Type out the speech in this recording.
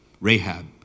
Rahab